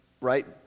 right